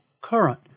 current